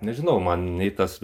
nežinau man nei tas